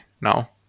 now